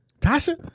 Tasha